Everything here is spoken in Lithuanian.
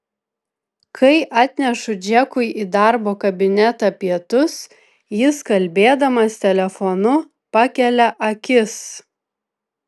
kai atnešu džekui į darbo kabinetą pietus jis kalbėdamas telefonu pakelia akis